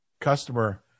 customer